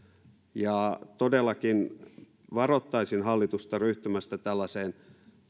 todellakin varoittaisin hallitusta ryhtymästä tällaiseen